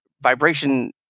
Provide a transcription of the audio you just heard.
vibration